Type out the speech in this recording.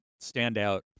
standout